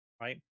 Right